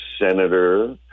senator